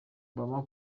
obama